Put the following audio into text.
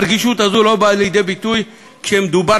הרגישות הזאת לא באה לידי ביטוי כשמדובר